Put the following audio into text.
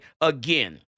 again